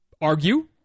argue